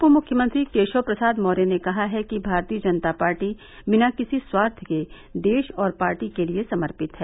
उप मुख्यमंत्री केशव प्रसाद मौर्य ने कहा है कि भारतीय जनता पार्टी बिना किसी स्वार्थ के देश और पार्टी के लिए समर्पित है